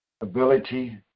ability